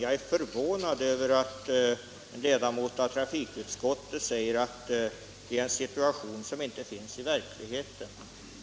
Jag är förvånad över att en ledamot av trafikutskottet säger att jag talar om en situation som inte finns i verkligheten.